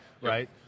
right